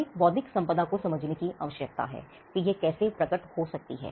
हमें बौद्धिक संपदा को समझने की आवश्यकता है कि यह कैसे प्रकट हो सकती है